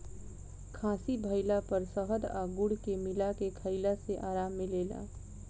खासी भइला पर शहद आ गुड़ के मिला के खईला से आराम मिलेला